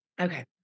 Okay